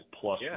plus